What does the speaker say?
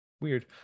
Weird